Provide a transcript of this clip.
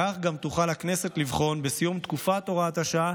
כך, בסיום תקופת הוראת השעה